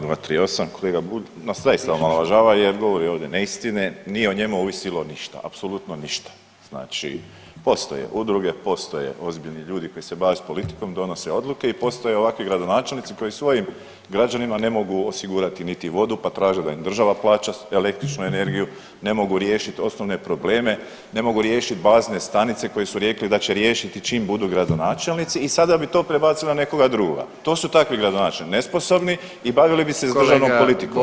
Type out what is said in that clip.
Čl. 238., kolega Bulj nas sve omalovažava jer govori ovdje neistine, nije o njemu ovisilo ništa, apsolutno ništa, znači postoje udruge, postoje ozbiljni ljudi koji se bave s politikom i donose odluke i postoje ovakvi gradonačelnici koji svojim građanima ne mogu osigurati niti vodu, pa traže da im država plaća električnu energiju, ne mogu riješit osnovne probleme, ne mogu riješit bazne stanice koje su rekli da će riješiti čim budu gradonačelnici i sada bi to prebacili na nekoga drugoga, to su takvi gradonačelnici, nesposobni i bavili bi se s državnom politikom.